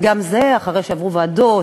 וגם זה אחרי שעברו ועדות,